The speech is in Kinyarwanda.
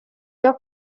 cyo